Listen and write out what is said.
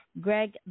Greg